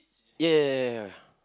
ya ya ya ya ya